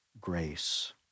grace